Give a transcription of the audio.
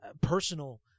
personal